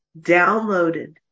downloaded